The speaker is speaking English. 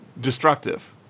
destructive